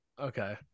Okay